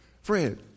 Fred